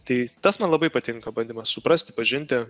tai tas man labai patinka bandymas suprasti pažinti